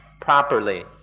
properly